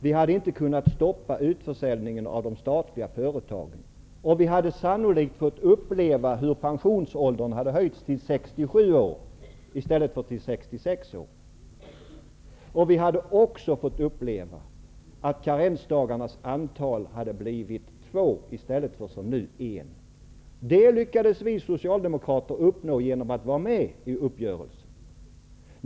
Vi hade inte kunnat stoppa utförsäljningen av de statliga företagen. Vi hade sannolikt fått uppleva att pensionsåldern hade höjts till 67 år i stället för till 66 år. Vi hade också fått uppleva att karensdagarnas antal hade blivit två i stället för en som nu blev fallet. Detta lyckades vi socialdemokrater uppnå genom att vara med om uppgörelsen.